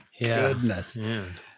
goodness